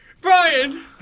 Brian